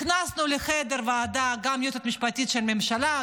הכנסנו לחדר הוועדה גם את היועצת המשפטית של הממשלה,